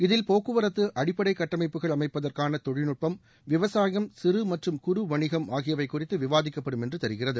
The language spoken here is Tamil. இதில் போக்குவரத்து அடிப்படை கட்டமைப்புகள் அமைப்பதற்கான தொழில்நட்பம் விவசாயம் சிறு மற்றும் குறு வணிகம் ஆகியவை குறித்து விவாதிக்கப்படும் என்று தெரிகிறது